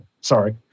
sorry